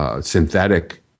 synthetic